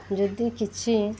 ଯଦି କିଛି